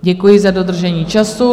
Děkuji za dodržení času.